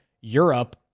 Europe